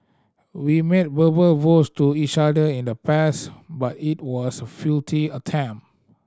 we made verbal vows to each other in the past but it was a futile attempt